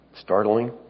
startling